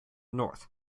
north